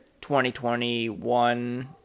2021